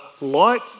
Light